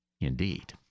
Indeed